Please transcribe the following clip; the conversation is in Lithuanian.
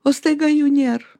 o staiga jų nėr